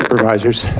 supervisors.